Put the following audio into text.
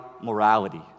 morality